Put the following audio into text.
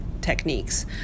techniques